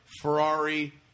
Ferrari